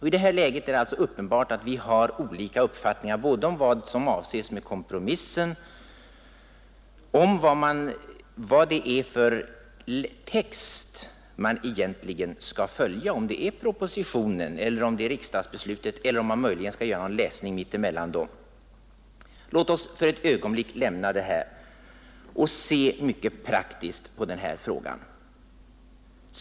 I detta läge är det alltså uppenbart att vi har olika uppfattningar både om vad som avses med kompromissen och om vad det är för text man egentligen skall följa, propositionen eller riksdagsbeslutet, eller om man möjligen skall göra en läsning mitt emellan dem. Låt oss nu till sist lämna detta och se mycket praktiskt på frågan.